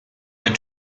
der